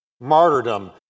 Martyrdom